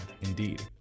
indeed